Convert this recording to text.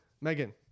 Megan